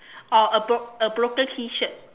or a bro~ a broken T-shirt